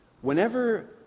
Whenever